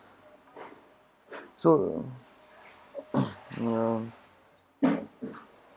so ya